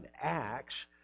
Acts